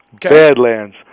Badlands